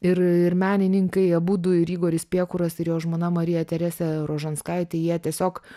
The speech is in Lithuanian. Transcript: ir ir menininkai abudu ir igoris piekuras ir jo žmona marija teresė rožanskaitė jie tiesiog